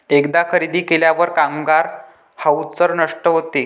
एकदा खरेदी केल्यावर कामगार व्हाउचर नष्ट होते